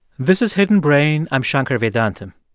this is hidden brain. i'm shankar vedantam.